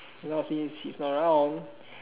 now he he's not around